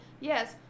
yes